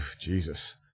jesus